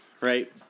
right